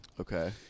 Okay